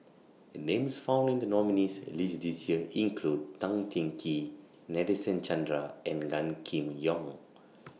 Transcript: Names found in The nominees' list This Year include Tan Cheng Kee Nadasen Chandra and Gan Kim Yong